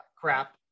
crap